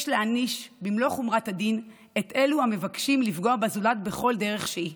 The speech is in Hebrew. יש להעניש במלוא חומרת הדין את אלו המבקשים לפגוע בזולת בכל דרך שהיא,